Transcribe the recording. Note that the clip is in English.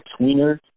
tweener